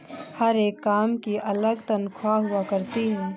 हर एक काम की अलग तन्ख्वाह हुआ करती है